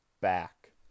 back